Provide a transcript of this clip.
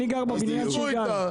אז תשבו איתה לראות איך מסתדרים.